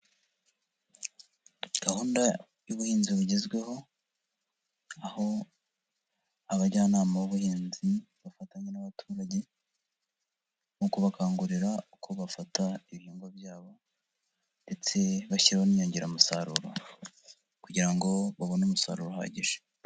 Gahunda y'ubuhinzi bugezweho, aho abajyanama b'ubuhinzi bafatanya n'abaturage mu kubakangurira uko bafata ibihingwa byabo ndetse bashyiraho n'inyongera musaruro kugira ngo babone umusaruro uhagije.